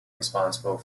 responsible